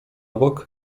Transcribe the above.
bok